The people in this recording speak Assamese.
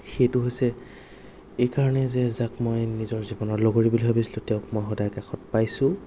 সেইটো হৈছে এই কাৰণে যে যাক মই নিজৰ জীৱনৰ লগৰী বুলি ভাবিছিলোঁ তেওঁক মই সদায় কাষত পাইছোঁ